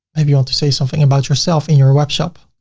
maybe you want to say something about yourself in your web